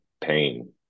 pain